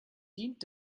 dient